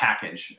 package